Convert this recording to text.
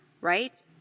right